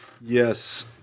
Yes